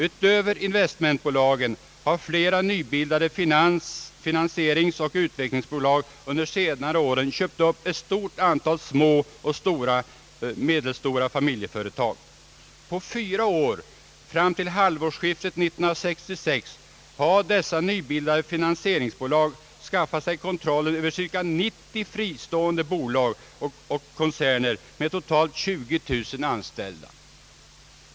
Utöver investmentbolagen har flera nybildade finansieringsoch utvecklingsbolag under senare år köpt upp ett stort antal små och medelstora familjeföretag. På fyra år fram till halvårsskiftet 1966 har dessa nybildade finansieringsbolag skaffat sig kontrollen över cirka 90 fristående bolag och koncerner med totalt ca 20000 anställda.